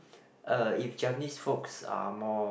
uh if Japanese folks are more